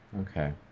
Okay